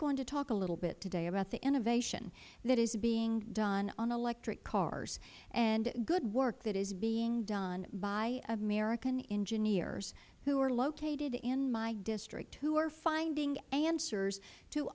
going to talk a little bit today about the innovation that is being done on electric cars and good work that is being done by american engineers who are located in my district who are finding answers to